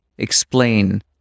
explain